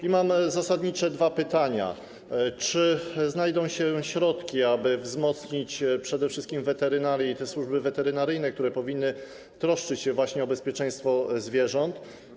I mam zasadnicze dwa pytania: Czy znajdą się środki, aby wzmocnić przede wszystkim weterynarię i służby weterynaryjne, które powinny troszczyć się właśnie o bezpieczeństwo zwierząt?